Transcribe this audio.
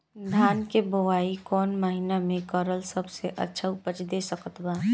धान के बुआई कौन महीना मे करल सबसे अच्छा उपज दे सकत बा?